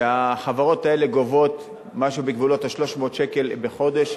והחברות האלה גובות משהו בגבולות ה-300 שקל בחודש,